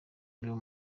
imibu